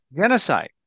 Genocide